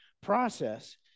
process